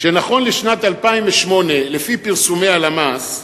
שנכון לשנת 2008, לפי פרסומי הלמ"ס,